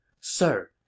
Sir